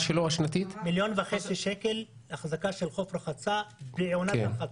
מיליון וחצי שקלים אחזקה של חוף רחצה בעונת רחצה.